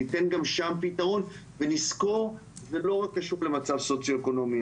וניתן גם שם פתרון ונזכור שזה לא רק קשור למצב סוציו-אקונומי.